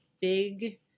big